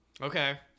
Okay